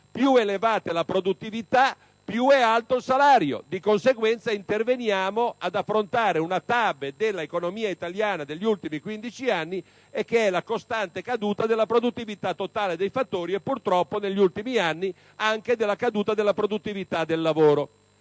più elevata è la produttività, più alto è il salario. Di conseguenza, interveniamo per affrontare una tabe dell'economia italiana degli ultimi 15 anni che è la costante caduta della produttività totale dei fattori e purtroppo, negli ultimi anni, anche della caduta della produttività del lavoro.